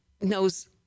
knows